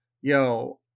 yo